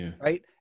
right